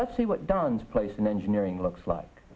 but see what don's place in engineering looks like